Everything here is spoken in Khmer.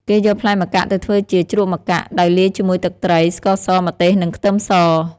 គេយកផ្លែម្កាក់ទៅធ្វើជា ជ្រក់ម្កាក់ ដោយលាយជាមួយទឹកត្រី ស្ករស ម្ទេស និងខ្ទឹមស។